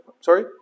Sorry